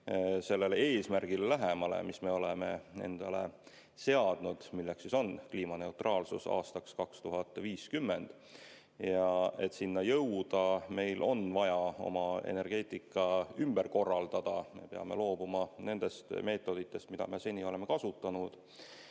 lähemale eesmärgile, mis me oleme endale seadnud, milleks on kliimaneutraalsus aastaks 2050. Et sinna jõuda, on meil vaja oma energeetika ümber korraldada. Me peame loobuma nendest meetoditest, mida me seni oleme kasutanud,